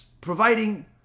providing